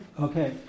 okay